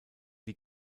wie